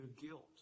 guilt